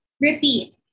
Repeat